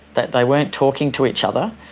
that they weren't talking to each other,